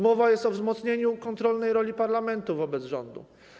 Mowa jest o wzmocnieniu kontrolnej roli parlamentu wobec rządu.